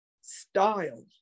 style